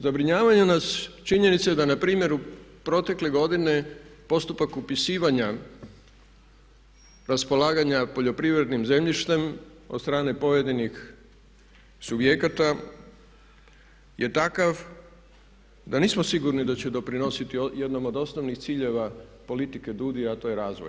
Zabrinjavaju nas činjenice da npr. u protekle godine postupak upisivanja, raspolaganja poljoprivrednim zemljištem od strane pojedinih subjekata je takav da nismo sigurni da će doprinositi jednom od osnovnih ciljeva politike DUDI-a a to je razvoj.